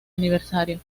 aniversario